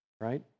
right